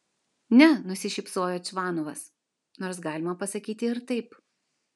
ne nusišypsojo čvanovas nors galima pasakyti ir taip